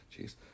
Jeez